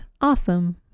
awesome